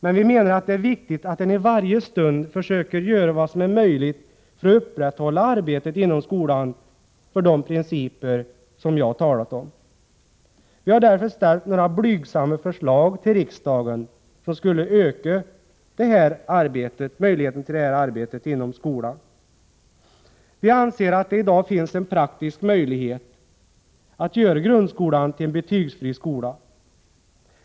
Men vi menar att det är viktigt att man i varje stund försöker göra vad som är möjligt för att inom skolan upprätthålla arbetet för de principer som jag talat om. Vi har därför lagt fram några blygsamma förslag till riksdagen, vilka skulle ge ökad möjlighet till detta arbete inom skolan. Vi anser att det i dag finns en praktisk möjlighet att göra grundskolan till en betygsfri skola.